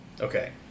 Okay